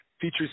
features